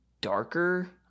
darker